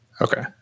Okay